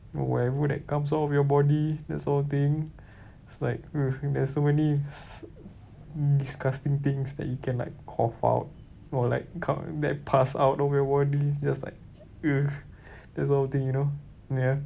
or whatever that comes out of your body that sort of thing it's like !eww! there's so many s~ disgusting things that you can like cough out or like c~ that pass out of your body just like !eww! that sort of thing you know ya